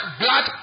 blood